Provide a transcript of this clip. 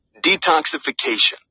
Detoxification